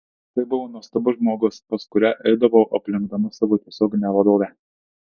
tai buvo nuostabus žmogus pas kurią eidavau aplenkdama savo tiesioginę vadovę